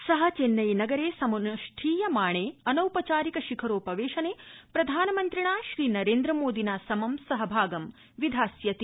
स चैन्नैनगरे समनुष्ठीयमाणे अनौपचारिक शिखरोपवेशने प्रधानमन्त्रिणा श्री नेंद्र मोदिना समं सहभागं विधास्यति